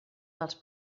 dels